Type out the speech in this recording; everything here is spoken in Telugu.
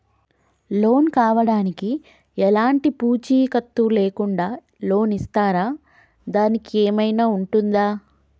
లోన్ కావడానికి ఎలాంటి పూచీకత్తు లేకుండా లోన్ ఇస్తారా దానికి ఏమైనా ఉంటుందా?